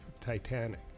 Titanic